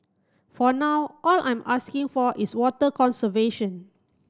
for now all I'm asking for is water conservation